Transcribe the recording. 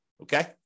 okay